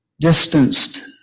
distanced